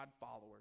followers